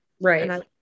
right